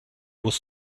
was